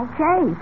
Okay